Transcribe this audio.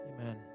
Amen